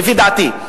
לפי דעתי,